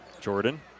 Jordan